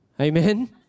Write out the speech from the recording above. Amen